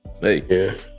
hey